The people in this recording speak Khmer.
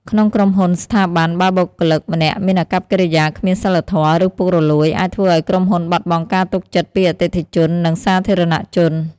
ក្នុងក្រុមហ៊ុន ស្ថាប័ន បើបុគ្គលិកម្នាក់មានអាកប្បកិរិយាគ្មានសីលធម៌ ឬពុករលួយ អាចធ្វើឲ្យក្រុមហ៊ុនបាត់បង់ការទុកចិត្តពីអតិថិជន និងសាធារណជន។